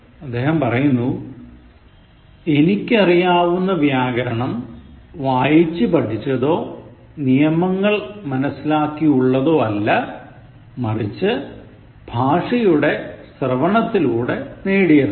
അദ്ദേഹം പറയുന്നു "എനിക്കറിയാവുന്ന വ്യാകരണം വായിച്ചു പഠിച്ചതോ നിയമങ്ങൾ മനസിലാക്കിയുള്ളതോ അല്ല മറിച്ച് ഭാഷയുടെ ശ്രവണത്തിലൂടെ നേടിയതാണ്